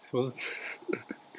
什么是